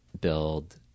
build